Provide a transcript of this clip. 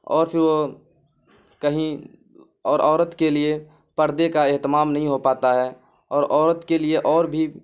اور پھر وہ کہیں اور عورت کے لیے پردے کا اہتمام نہیں ہو پاتا ہے اور عورت کے لیے اور بھی